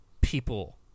people